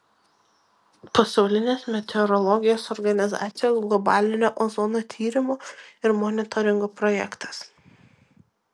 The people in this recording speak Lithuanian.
pasaulinės meteorologijos organizacijos globalinio ozono tyrimo ir monitoringo projektas